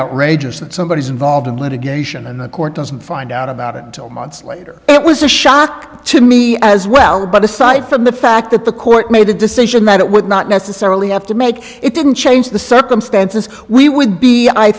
outrageous that somebody is involved in litigation and the court doesn't find out about it until months later it was a shock to me as well but aside from the fact that the court made a decision that it would not necessarily have to make it didn't change the circumstances we would be i